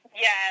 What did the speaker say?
Yes